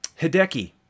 Hideki